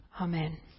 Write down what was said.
Amen